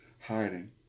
hiding